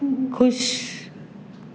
खु़शि